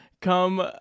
come